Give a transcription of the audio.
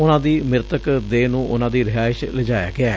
ਉਨਾਂ ਦੀ ਮਿਤਕ ਦੇਹ ਨੂੰ ਉਨਾਂ ਦੀ ਰਿਹਾਇਸ਼ ਲਿਜਾਇਆ ਗਿਐ